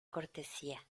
cortesía